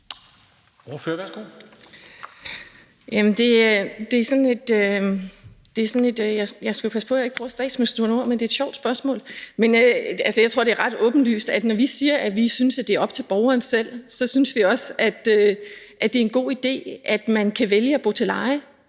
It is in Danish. det er et sjovt spørgsmål. Jeg tror, det er ret åbenlyst, at når vi siger, at vi synes, det er op til borgeren selv, så synes vi også, at det er en god idé, at man kan vælge at bo til leje.